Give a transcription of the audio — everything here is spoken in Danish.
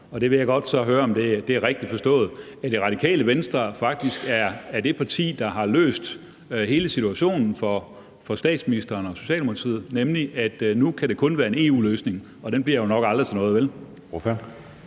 det vil jeg godt høre om er rigtigt forstået – der har løst hele situationen for statsministeren og Socialdemokratiet, for nu kan det nemlig kun være en EU-løsning. Og den bliver jo nok aldrig til noget,